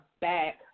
back